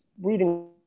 reading